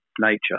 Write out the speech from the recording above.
nature